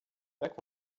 jak